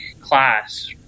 class